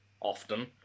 often